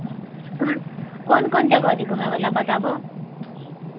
हँ कोन कोन जगह छै घुमयवला बताबहो